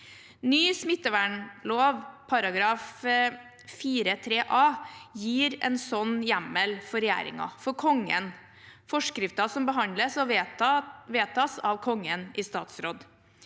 Ny smittevernlov § 4-3 a gir en slik hjemmel for regjeringen, for Kongen – forskrifter som behandles og vedtas av Kongen i statsråd.